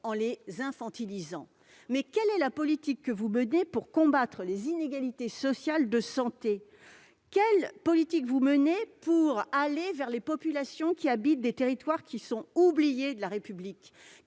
en les infantilisant. Mais quelle est la politique que vous menez pour combattre les inégalités sociales de santé ? Quelle politique conduisez-vous pour aller vers les populations qui habitent dans les territoires oubliés de la République ?